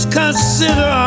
consider